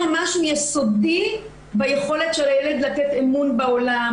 הוא הפר משהו יסודי ביכולת של הילד לתת אמון בעולם,